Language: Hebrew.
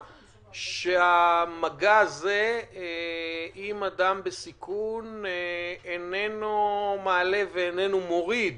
שהמגע הזה עם אדם בסיכון איננו מעלה ואיננו מוריד